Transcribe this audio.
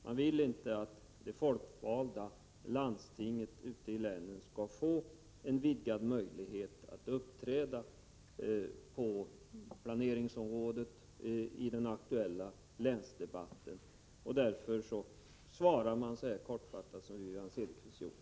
Man vill inte att det folkvalda landstinget skall få större möjligheter att uppträda på planeringsområdet i den aktuella länsdebatten. Därför svarar man också kortfattat som Wivi-Anne Cederqvist har gjort.